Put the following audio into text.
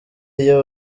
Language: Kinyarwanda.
iyo